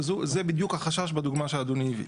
זה בדיוק החשש בדוגמה שאדוני הביא.